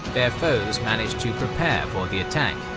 their foes managed to prepare for the attack.